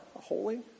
holy